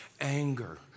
anger